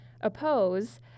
oppose